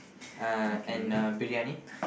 uh and uh briyani